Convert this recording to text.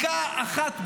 צדיקה אחת בסדום,